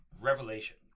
revelation